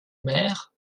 mère